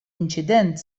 inċident